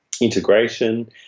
integration